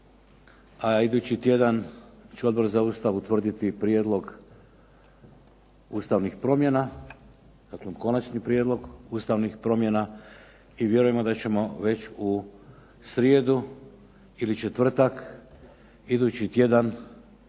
a idući tjedan će Odbor za Ustav utvrditi prijedlog ustavnih promjena, dakle konačni prijedlog ustavnih promjena i vjerujemo da ćemo već u srijedu ili četvrtak idući tjedan